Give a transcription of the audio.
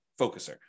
focuser